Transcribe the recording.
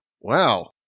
wow